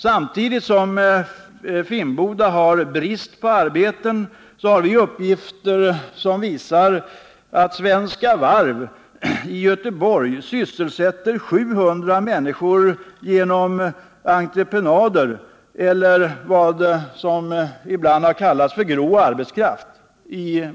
Samtidigt som Finnboda har brist på arbeten har vi uppgifter som visar att Svenska Varv vid varvet i Göteborg sysselsätter 700 människor genom entreprenad eller i form av vad som ibland har kallats för grå arbetskraft.